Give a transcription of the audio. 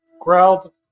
growled